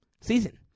season